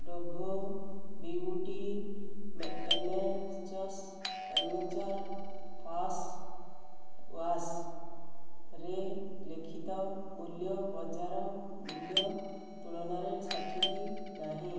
Dove beauty moisture face ୱାଶ୍ରେ ଲିଖିତ ମୂଲ୍ୟ ବଜାର ମୂଲ୍ୟ ତୁଳନାରେ ସଠିକ୍ ନାହିଁ